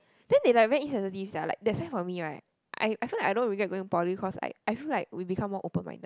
then they like very insensitive sia like that's why for me right I I thought I don't regret going poly because I I feel like we become more open minded